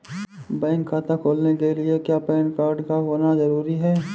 Bank खाता खोलने के लिए क्या पैन कार्ड का होना ज़रूरी है?